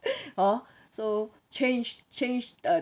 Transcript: hor so change change uh